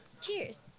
Cheers